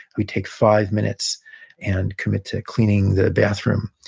we take five minutes and commit to cleaning the bathroom.